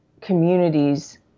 communities